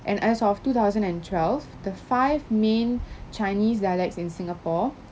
and as of two thousand and twelve the five main chinese dialects in singapore